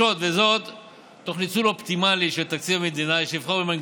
אלה שאתה רוצה לעזור להם,